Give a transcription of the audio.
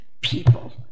people